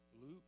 Luke